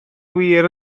wir